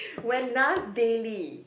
when Nas Daily